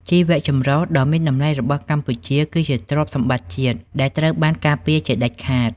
ជីវចម្រុះដ៏មានតម្លៃរបស់កម្ពុជាគឺជាទ្រព្យសម្បត្តិជាតិដែលត្រូវការពារជាដាច់ខាត។